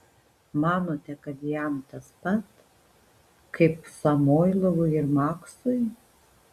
manote kad jam tas pat kaip samoilovui ir maksui